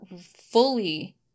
fully